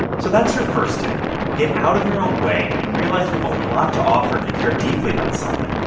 so that's your first tip get out of your own way and realize you have a lot to offer if you care deeply about something.